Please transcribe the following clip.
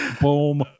Boom